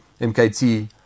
MKT